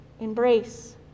embrace